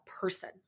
person